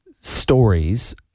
stories